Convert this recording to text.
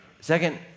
Second